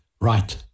right